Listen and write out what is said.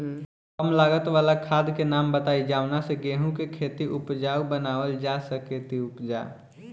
कम लागत वाला खाद के नाम बताई जवना से गेहूं के खेती उपजाऊ बनावल जा सके ती उपजा?